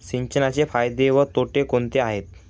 सिंचनाचे फायदे व तोटे कोणते आहेत?